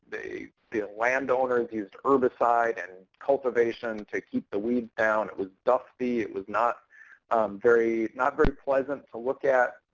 the the landowner had and used herbicide and cultivation to keep the weeds down. it was dusty. it was not very not very pleasant to look at.